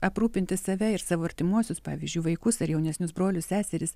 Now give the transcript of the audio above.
aprūpinti save ir savo artimuosius pavyzdžiui vaikus ar jaunesnius brolius seseris